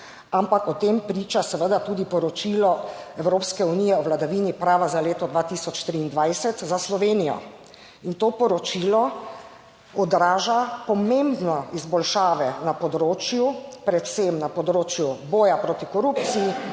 ampak o tem priča seveda tudi poročilo Evropske unije o vladavini prava za leto 2023 za Slovenijo. In to poročilo odraža pomembne izboljšave na področju, predvsem na področju boja proti korupciji,